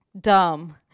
dumb